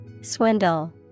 Swindle